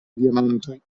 diamantoj